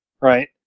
Right